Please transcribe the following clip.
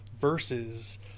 versus